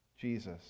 Jesus